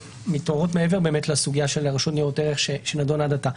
שמתעוררות מעבר לסוגיה של רשות ניירות ערך שנידונה עד עתה.